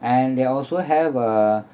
and they also have a